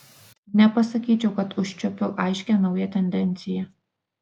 nepasakyčiau kad užčiuopiu aiškią naują tendenciją